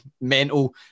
mental